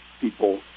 people